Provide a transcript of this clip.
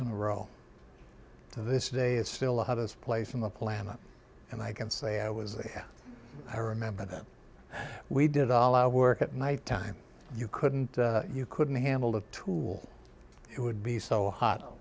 in a row to this day it's still the hottest place on the planet and i can say i was i remember that we did all our work at night time you couldn't you couldn't handle the tool it would be so hot